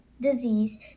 disease